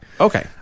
Okay